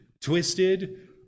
twisted